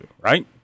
right